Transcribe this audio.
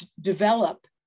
develop